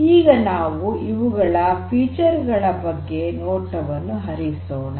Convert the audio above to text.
ಈಗ ನಾವು ಇವುಗಳ ವೈಶಿಷ್ಟ್ಯಗಳ ಬಗ್ಗೆ ನೋಟವನ್ನು ಹರಿಸೋಣ